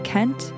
Kent